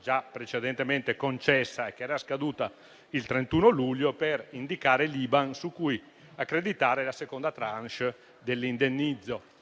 già precedentemente concessa e scaduta il 31 luglio, per indicare l'IBAN su cui accreditare la seconda *tranche* dell'indennizzo.